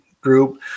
group